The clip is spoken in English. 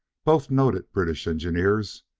both noted british engineers,